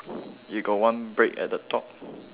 you got one brake at the top